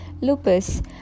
lupus